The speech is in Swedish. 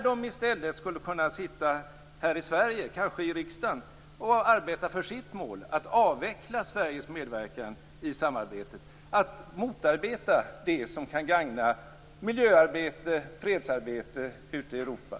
De skulle ju i stället kunna verka här i Sverige, kanske i riksdagen, för målet att avveckla Sveriges medverkan i samarbetet och motverka det som kan gagna miljöarbete och fredsarbete ute i Europa.